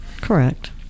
Correct